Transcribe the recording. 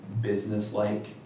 business-like